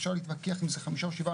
אפשר להתווכח אם זה חמישה או שבעה,